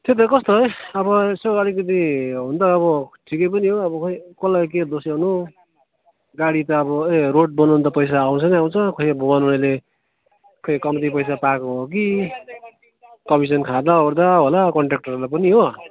त्यही त कस्तो हो अब यसो अलिकति हुन त अब ठिकै पनि हो अब खोइ कसलाई के दोष्याउनु गाडी त अब ए रोड बनाउन त पैसा आउँछ नै आउँछ खोइ अब बनाउनेले खोइ कम्ती पैसा पाएको हो कि हो कमिसन खाँदा ओर्दा होला कन्ट्रेक्टरहरूले पनि हो